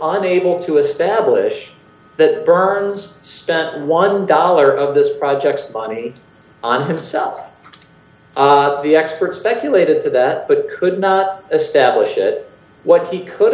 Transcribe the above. unable to establish that burns spent one dollar of this project's money on himself the experts speculated that but could not establish what he could